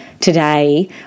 today